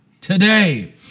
today